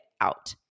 out